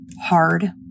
hard